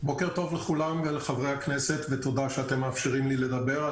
בוקר טוב לכולם ולחברי הכנסת ותודה שאתם מאפשרים לי לדבר.